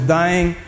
dying